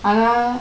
ஆனா:aanaa